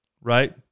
right